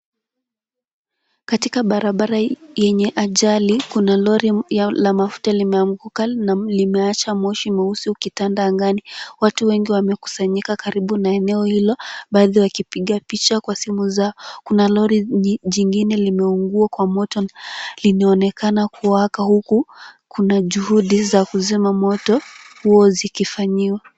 Katika barabara yenye ajali kuna lori la mafuta limeanguka na limeasha moshi mweusi ukitanda angani. Watu wengi wamekusanyika karibu na eneo hilo baadhi wakipiga picha kwa simu zao. Kuna lori jingine limeungua kwa moto linaonekana kuwaka huku kuna juhudi za kuzima moto huo zikifanyiwa.